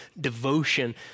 devotion